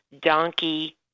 donkey